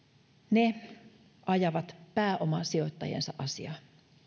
ne ajavat pääomasijoittajiensa